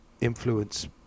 influence